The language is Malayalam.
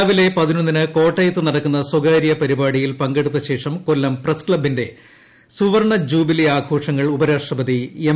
രാവിലെ പതിനൊന്നിന് കോട്ടയത്ത് നടക്കുന്ന സ്വകാര്യ പരിപാടിയിൽ പങ്കെടുത്ത ശേഷം കൊല്ലഭ് പ്രസ്ക്ലബ്ബിന്റെ സുവർണജൂബിലി ആഘോഷങ്ങൾ ഉപരാഷ്ട്രപതി എം